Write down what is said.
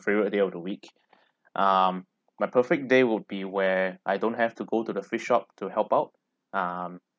favourite day of the week um my perfect day would be where I don't have to go to the fish shop to help out um